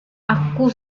aku